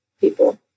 people